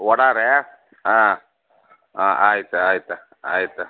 ವಡೆ ರೀ ಹಾಂ ಹಾಂ ಆಯ್ತು ಆಯ್ತು ಆಯ್ತು